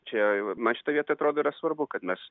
čia man šitoj vietoj atrodo yra svarbu kad mes